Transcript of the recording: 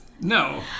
No